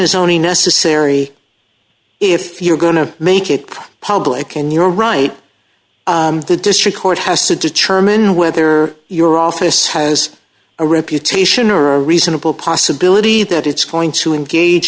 only necessary if you're going to make it public and you're right the district court has to determine whether your office has a reputation or a reasonable possibility that it's going to engage